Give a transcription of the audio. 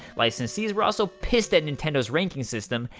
licensees were also pissed at nintendo's ranking system,